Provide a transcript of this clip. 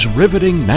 riveting